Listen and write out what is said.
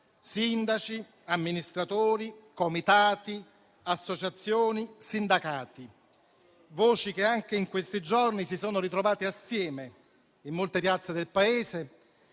sindaci, amministratori, comitati, associazioni e sindacati, che anche in questi giorni si sono ritrovate in molte piazze del Paese